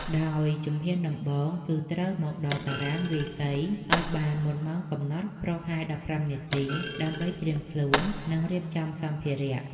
ដោយជំហានដំបូង គឺត្រូវមកដល់តារាងវាយសីឱ្យបានមុនម៉ោងកំណត់ប្រហែល ១៥នាទី ដើម្បីត្រៀមខ្លួន និងរៀបចំសម្ភារៈ។